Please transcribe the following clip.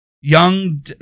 young